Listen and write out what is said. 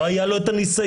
לא היה לו את הניסיון,